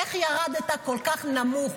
איך ירדת כל כך נמוך?